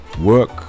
work